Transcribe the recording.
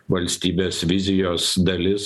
valstybės vizijos dalis